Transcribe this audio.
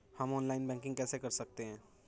हम online banking कैसे कर सकते हैं?